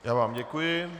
Já vám děkuji.